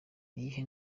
iyihe